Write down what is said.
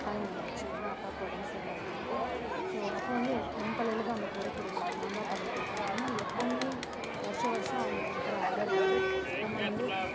கட்டாயம் வந்துச்சு ஏன்னா அப்பாக்கு உடம்பு சரியில்லாத போது ஸோ அப்போ வந்து என் தலையில் தான் அந்த பொறுப்பு இருந்துது நான் தான் பண்ணி கொடுக்கணும் ஏன்னா எப்போவும் வருடம் வருடம் அவங்க கொடுக்குற ஆர்டர் வந்து நம்ம வந்து